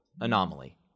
anomaly